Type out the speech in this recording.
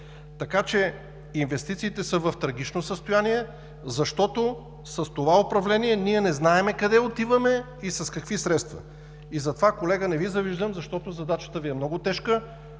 така че инвестициите са в трагично състояние, защото с това управление ние не знаем къде отиваме и с какви средства. И затова, колега, не Ви завиждам, защото задачата Ви е много тежка,